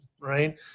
right